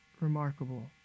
remarkable